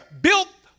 built